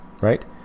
right